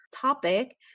topic